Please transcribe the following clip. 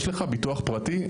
יש לך ביטוח פרטי?